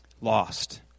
lost